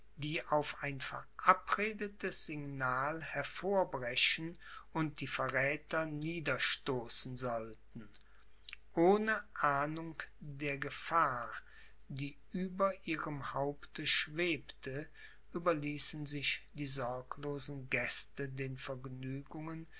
die auf ein verabredetes signal hervorbrechen und die verräther niederstoßen sollten ohne ahnung der gefahr die über ihrem haupte schwebte überließen sich die sorglosen gäste den vergnügungen